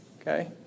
Okay